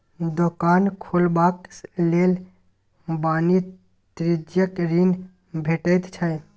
दोकान खोलबाक लेल वाणिज्यिक ऋण भेटैत छै